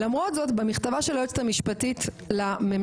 למרות זאת במכתבה של היועצת המשפטית לכנסת,